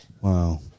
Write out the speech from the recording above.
Wow